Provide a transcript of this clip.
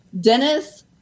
Dennis